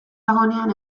dagoenean